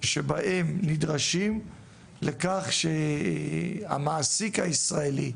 שבהם הם נדרשים לכך שהמעסיק הישראלי,